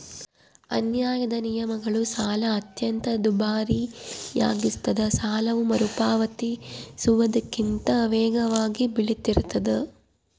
ಅನ್ಯಾಯದ ನಿಯಮಗಳು ಸಾಲ ಅತ್ಯಂತ ದುಬಾರಿಯಾಗಿಸ್ತದ ಸಾಲವು ಮರುಪಾವತಿಸುವುದಕ್ಕಿಂತ ವೇಗವಾಗಿ ಬೆಳಿತಿರ್ತಾದ